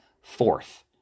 fourth